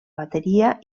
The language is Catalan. bateria